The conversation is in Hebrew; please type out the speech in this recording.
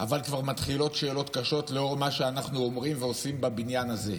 אבל כבר מתחילות שאלות קשות לנוכח מה שאנחנו אומרים ועושים בבניין הזה.